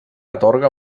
atorga